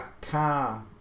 car